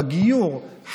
בגיור,